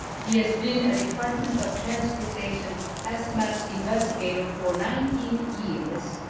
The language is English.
he has been a department of transportation hazmat investigator for nineteen years.